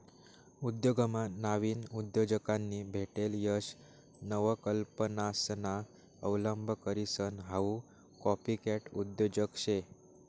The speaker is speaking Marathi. उद्योगमा नाविन उद्योजकांनी भेटेल यश नवकल्पनासना अवलंब करीसन हाऊ कॉपीकॅट उद्योजक शे